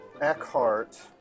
Eckhart